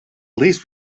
least